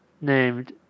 named